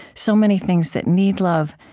so many things that need love,